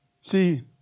See